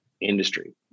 industry